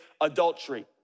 adultery